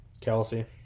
Kelsey